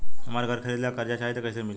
हमरा घर खरीदे ला कर्जा चाही त कैसे मिली?